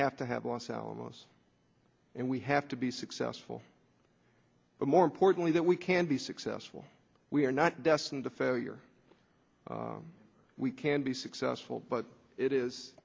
have to have los alamos and we have to be successful but more importantly that we can be successful we are not destined to failure we can be successful but it is